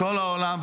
בכל העולם,